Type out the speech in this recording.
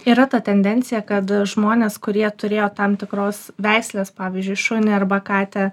yra ta tendencija kad žmonės kurie turėjo tam tikros veislės pavyzdžiui šunį arba katę